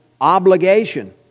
obligation